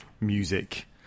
music